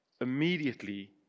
Immediately